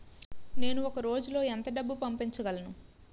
నేను ఒక రోజులో ఎంత డబ్బు పంపించగలను?